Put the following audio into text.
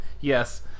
Yes